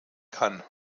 kann